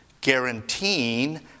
guaranteeing